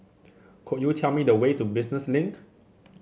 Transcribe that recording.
could you tell me the way to Business Link